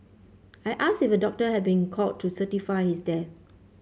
I asked if a doctor had been called to certify his death